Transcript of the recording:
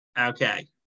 Okay